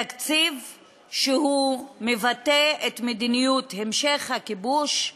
תקציב שמבטא את מדיניות המשך הכיבוש,